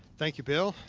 thank you, bill.